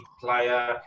player